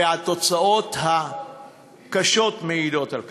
והתוצאות הקשות מעידות על כך.